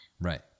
Right